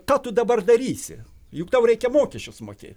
ką tu dabar darysi juk tau reikia mokesčius mokėti